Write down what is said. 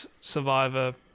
survivor